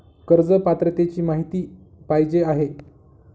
कर्ज पात्रतेची माहिती पाहिजे आहे?